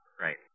Right